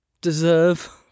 deserve